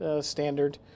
standard